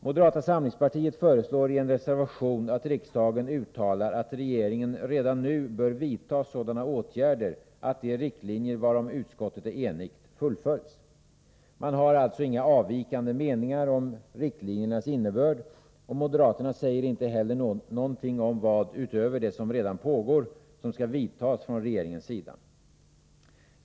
Moderata samlingspartiet föreslår i en reservation att riksdagen uttalar att regeringen redan nu bör vidta sådana åtgärder att de riktlinjer varom utskottet är enigt fullföljs. Man har alltså inga avvikande meningar om riktlinjernas innebörd, och moderaterna säger inte heller någonting om vilka åtgärder, utöver vad som redan pågår, som skall vidtas från regeringens sida.